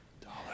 dollar